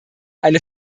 eine